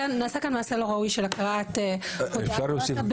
נעשה כאן מעשה לא ראוי של הקראת הודעת ווטסאפ,